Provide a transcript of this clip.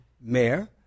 mayor